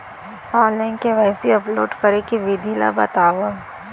Online KYC upload करे के विधि ला बतावव?